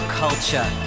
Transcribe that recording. culture